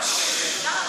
למה?